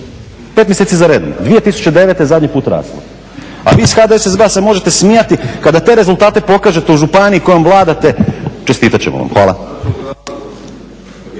5 mjeseci za redom. 2009. je zadnji put rasla, a vi iz HDSSB-a se možete smijati kada te razultate pokažete u županiji kojom vladate čestitat ćemo vam. Hvala.